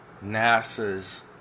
NASA's